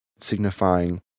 signifying